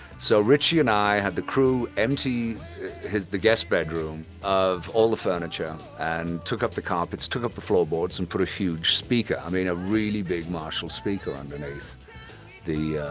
so ritchie and i had the crew empty the guest bedroom of all the furniture and took up the carpets, took up the floor boards, and put a huge speaker, i mean, a really big marshall speaker underneath the